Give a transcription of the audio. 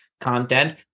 content